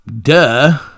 duh